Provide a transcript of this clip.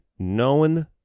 known